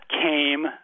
came